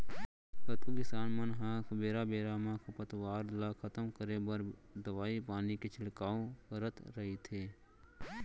कतको किसान मन ह बेरा बेरा म खरपतवार ल खतम करे बर दवई पानी के छिड़काव करत रइथे